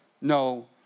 no